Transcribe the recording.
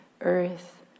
earth